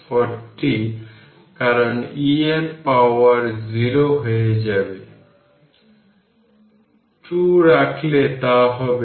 তারপর 60 30 এবং 20 সিরিজে আছে প্রথমে তারা প্যারালাল এবং তাদের যোগ করুন 40 20 60 মাইক্রোফ্যারাড এবং তারপর 60 30 এবং 20 তারা সিরিজে রয়েছে এর মানে তাদের ইকুইভ্যালেন্ট খুঁজে বের করতে হবে